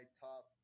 top